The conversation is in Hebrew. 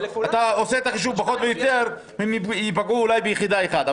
אתה עושה חישוב שפחות או יותר ייפגעו אולי ביחידה אחת.